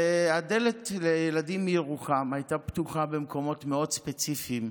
והדלת לילדים מירוחם הייתה פתוחה במקומות מאוד ספציפיים,